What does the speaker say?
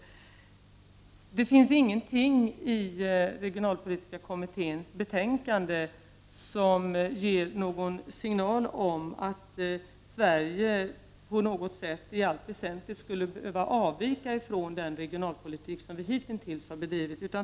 Det finns ingenting i regionalpolitiska kommitténs betänkande som ger någon signal om att Sverige på något väsentligt sätt skulle behöva avvika från den regionalpolitik som vi hitintills har bedrivit.